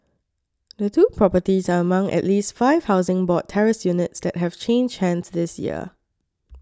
the two properties are among at least five Housing Board terraced units that have changed hands this year